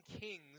kings